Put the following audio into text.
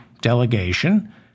delegation